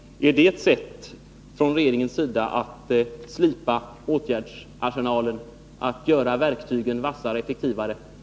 Är detta någonting som regeringen gör för att slipa åtgärdsarsenalen, för att göra verktygen vassare och effektivare?